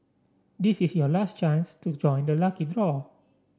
this is your last chance to join the lucky draw